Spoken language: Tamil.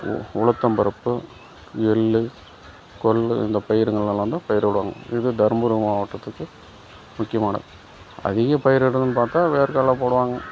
உ உளுத்தம் பருப்பு எள்ளு கொள்ளு இந்த பயிருங்கள் எல்லாம் தான் பயிரிடுவாங்க இது தர்மபுரி மாவட்டத்துக்கு முக்கியமானது அதிக பயிரிடுதல்னு பார்த்தா வேர் கடல போடுவாங்க